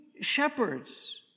shepherds